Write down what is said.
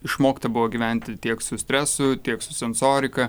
išmokta buvo gyventi tiek su stresu tiek su sensorika